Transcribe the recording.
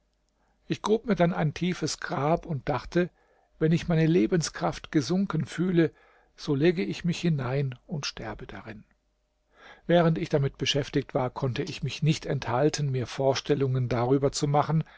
ich grub mir dann ein tiefes grab und dachte wenn ich meine lebenskraft gesunken fühle so lege ich mich hinein und sterbe darin während ich damit beschäftigt war konnte ich mich nicht enthalten mir vorstellungen darüber zu machen